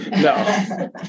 No